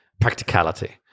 practicality